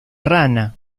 rana